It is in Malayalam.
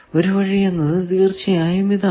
ഒരു വഴി എന്നത് തീർച്ചയായും ഇതാണ്